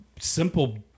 Simple